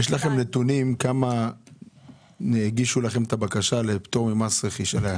יש לכם נתונים כמה אנשים הגישו בקשה לפטור ממס רכישה?